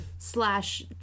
Slash